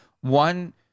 One